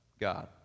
God